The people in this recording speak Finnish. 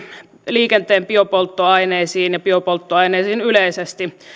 liikenteen biopolttoaineisiin ja biopolttoaineisiin yleisesti